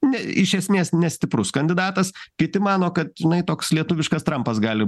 ne iš esmės nestiprus kandidatas kiti mano kad žinai toks lietuviškas trampas gali